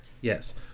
Yes